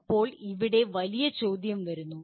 ഇപ്പോൾ ഇവിടെ വലിയ ചോദ്യം വരുന്നു